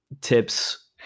tips